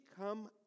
come